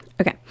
Okay